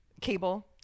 cable